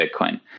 Bitcoin